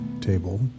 table